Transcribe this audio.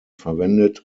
verwendet